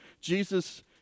Jesus